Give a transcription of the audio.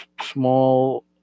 small